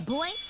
Boy